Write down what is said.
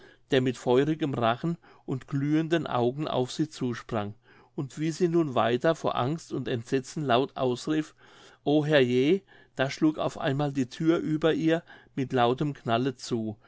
der mit feurigem rachen und glühenden augen auf sie zusprang und wie sie nun weiter vor angst und entsetzen laut ausrief o herr je da schlug auf einmal die thür über ihr mit lautem knalle zu